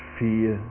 fear